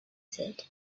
said